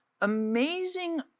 amazing